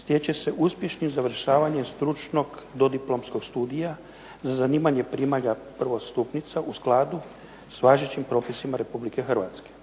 stječu uspješnim završavanjem strukovnog obrazovanja za zanimanje primalje asistentice u skladu sa važećim propisima Republike Hrvatske.